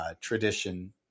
Tradition